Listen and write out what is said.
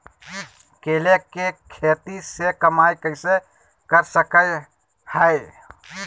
केले के खेती से कमाई कैसे कर सकय हयय?